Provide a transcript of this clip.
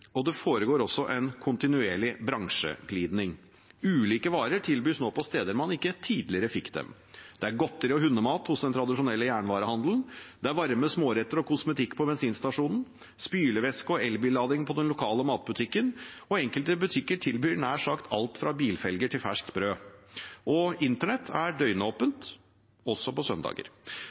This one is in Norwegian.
og det foregår også en kontinuerlig bransjeglidning. Ulike varer tilbys nå på steder man tidligere ikke fikk dem. Det er godteri og hundemat hos den tradisjonelle jernvarehandelen, det er varme småretter og kosmetikk på bensinstasjonen, spylevæske og elbillading i den lokale matbutikken. Enkelte butikker tilbyr nær sagt alt fra bilfelger til ferskt brød. Og internett er døgnåpent, også på søndager.